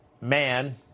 man